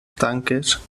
tanques